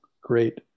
Great